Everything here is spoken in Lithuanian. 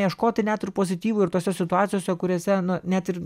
ieškoti net ir pozityvo ir tose situacijose kuriose net ir